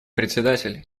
председатель